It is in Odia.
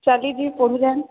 ଚାଲିଛି